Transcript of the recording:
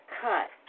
cut